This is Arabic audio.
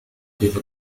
كيف